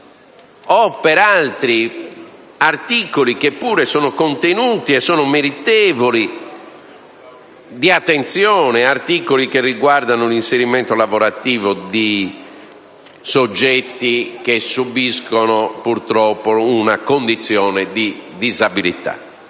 o per altri articoli che pure sono meritevoli di attenzione, articoli che riguardano l'inserimento lavorativo di soggetti che subiscono, purtroppo, una condizione di disabilità.